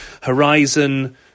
Horizon